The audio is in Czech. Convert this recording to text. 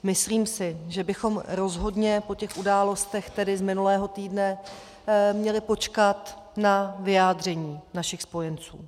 Myslím si, že bychom rozhodně po událostech z minulého týdne měli počkat na vyjádření našich spojenců.